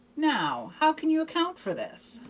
now, how can you account for this?